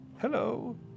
hello